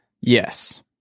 yes